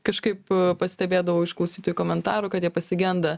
kažkaip pastebėdavau iš klausytojų komentarų kad jie pasigenda